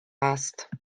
است